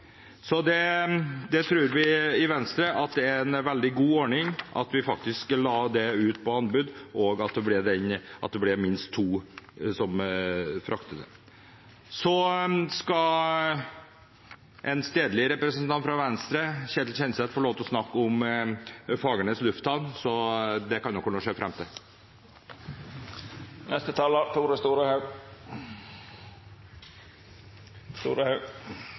Vi i Venstre tror det er en veldig god ordning, at vi faktisk la det ut på anbud, og at det ble minst to som frakter. Så skal en stedlig representant fra Venstre, Ketil Kjenseth, få lov til å snakke om Fagernes lufthavn. Det kan dere nå se fram til. Eg viser til saksordføraren sitt innlegg og